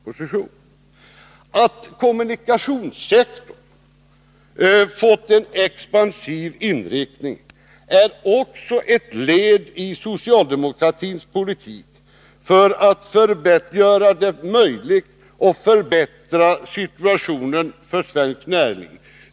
Att kommunikationssektorn fått en expansiv inriktning är också ett led i socialdemokratins politik för att göra det möjligt att förbättra situationen för svenskt näringsliv.